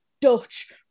Dutch